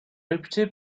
réputé